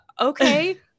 okay